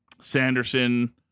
Sanderson